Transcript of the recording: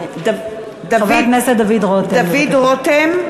חבר הכנסת דוד רותם.